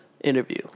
interview